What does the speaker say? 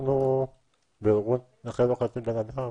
אנחנו בארגון "נכה לא חצי בן אדם",